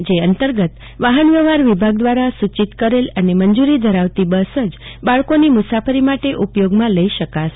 જે અંતર્ગત વાહનવ્યવહાર વિભાગ દવારા સૂચિત કરેલ અને મજૂરી ધરાવતી બસ જ બાળકોના મુસાફરી માટે ઉપયોગમાં લઈ શકાશે